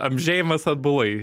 amžėjimas atbulai